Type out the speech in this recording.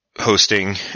hosting